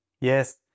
Yes